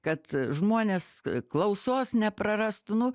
kad žmonės klausos neprarastų nu